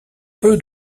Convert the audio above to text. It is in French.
peu